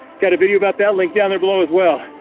get a video about that, link down there below as well.